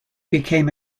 became